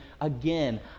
again